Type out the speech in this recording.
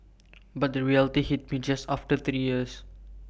but the reality hit me just after three years